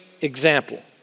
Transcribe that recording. example